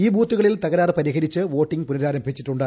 ഈ ബൂത്തുകളിൽ തകറാറ് പരിഹരിച്ച വോട്ടിംഗ് പുനരാരംഭിച്ചിട്ടുണ്ട്